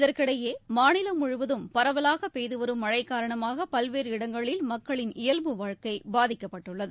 இதற்கிடையே மாநிலம் முழுவதும் பரவலாக பெய்துவரும் மழை காரணமாக பல்வேறு இடங்களில் மக்களின் இயல்பு வாழ்க்கை பாதிக்கப்பட்டுள்ளது